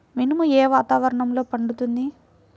మినుము ఏ వాతావరణంలో పండుతుంది?